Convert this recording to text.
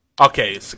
Okay